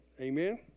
amen